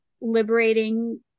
liberating